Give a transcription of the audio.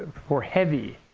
for heavy,